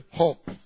hope